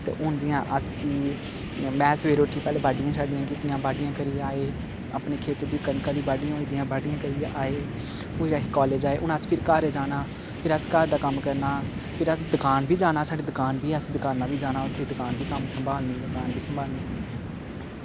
ते हून जियां अस एह् में सवेरे उट्ठियै बाड्ढियां शाड्डियां कीतियां बाड्ढियां करियै आए अपने खेत्तरें दी कनका दी बाड्ढि्यां कीतियां ते बाड्ढियां करियै आए ओह्दे बाद अस कालेज़ आए हून असें घर जाना फिर अस घर दा कम्म करना फिर अस दकान बी जाना साढ़ी दकान बी ऐ दकाना बी जाना उत्थै दकान बी कम्म संभालनी दुकान बी संभालनी